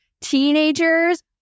Teenagers